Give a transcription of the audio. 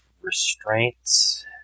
restraints